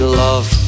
love